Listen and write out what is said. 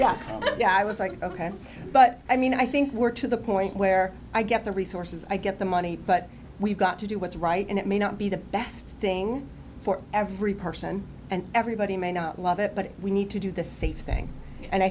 yeah yeah i was like ok but i mean i think we're to the point where i get the resources i get the money but we've got to do what's right and it may not be the best thing for every person and everybody may not love it but we need to do the safe thing and i